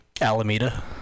Alameda